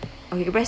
okay you press